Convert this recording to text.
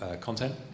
content